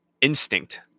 instinct